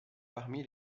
parmi